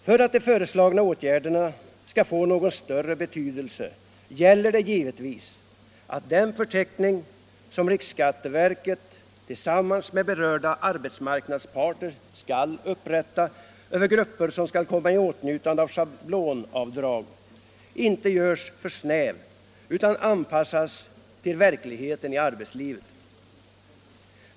För att de föreslagna åtgärderna skall få någon större betydelse gäller det givetvis att den förteckning som riksskatteverket tillsammans med berörda arbetsmarknadsparter skall upprätta över grupper som skall komma i åtnjutande av schablonavdrag inte görs för snäv utan anpassas till verkligheten i arbetslivet.